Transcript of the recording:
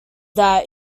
that